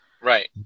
right